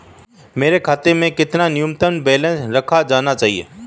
मेरे खाते में कितना न्यूनतम बैलेंस रखा जाना चाहिए?